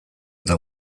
eta